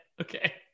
Okay